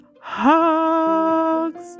hugs